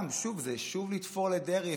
זה שוב לתפור לדרעי,